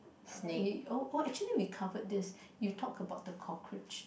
uh oh actually we covered this you talk about the cockroach